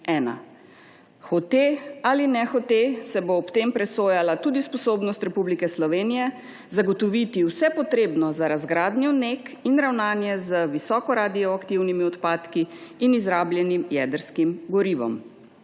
Hote ali nehote se bo ob tem presojala tudi sposobnost Republike Slovenije zagotoviti vse potrebno za razgradnjo NEK in ravnanje z visoko radioaktivnimi odpadki in izrabljenim jedrskim gorivom.